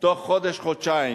בתוך חודש חודשיים,